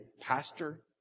pastor